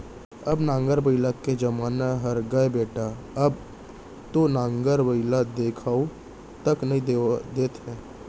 अब नांगर बइला के जमाना हर गय बेटा अब तो नांगर बइला देखाउ तक नइ देत हे